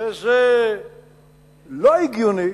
וזה לא הגיוני